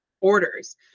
orders